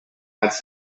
adds